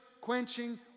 quenching